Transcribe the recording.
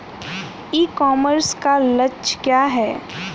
ई commerce का लक्ष्य क्या है?